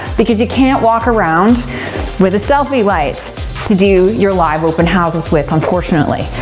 because you can't walk around with a selfie light to do your live open houses with, unfortunately.